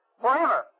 forever